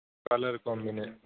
colour combination